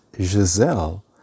Giselle